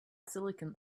silicon